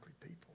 people